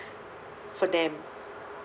for them